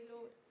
Lord